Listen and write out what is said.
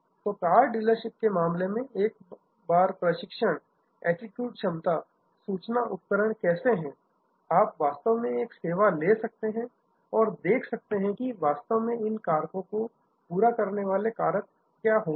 तो car dealership में इस मामले में एक बार प्रशिक्षण एटीट्यूड क्षमता सूचना उपकरण कैसे हैं आप वास्तव में एक और सेवा ले सकते हैं और देख सकते हैं कि वास्तव में इन कारकों को पूरा करने वाले कारक क्या होंगे